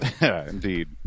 Indeed